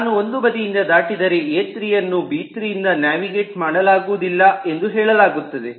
ನಾನು ಒಂದು ಬದಿಯನ್ನು ದಾಟಿದರೆ ಎ3 ಯನ್ನು ಬಿ3 ಯಿಂದ ನ್ಯಾವಿಗೇಟ್ ಮಾಡಲಾಗುವುದಿಲ್ಲ ಎಂದು ಹೇಳಲಾಗುತ್ತದೆ